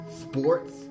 sports